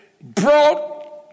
brought